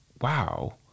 wow